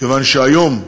כיוון שהיום,